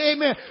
Amen